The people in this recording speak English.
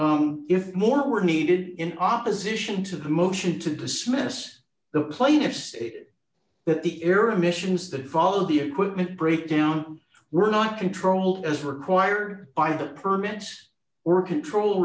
if more were needed in opposition to the motion to dismiss the plaintiffs but the era missions that followed the equipment breakdown were not controlled as required by the permits or control